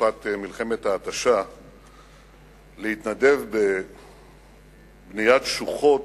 בתקופת מלחמת ההתשה להתנדב בבניית שוחות